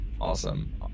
Awesome